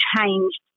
changed